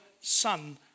Son